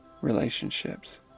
relationships